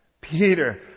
Peter